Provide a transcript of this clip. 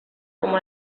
como